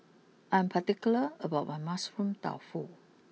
I am particular about my Mushroom Tofu